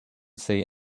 say